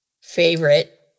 favorite